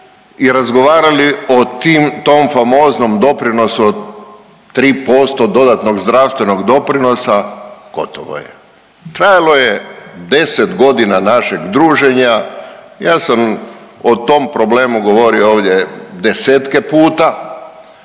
i razgovarali o tom famoznom doprinosu od 3% dodatnog zdravstvenog doprinosa gotovo je. Trajalo je 10 godina našeg druženja. Ja sam o tom problemu govorio ovdje desetke puta,